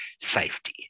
safety